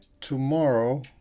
tomorrow